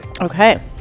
Okay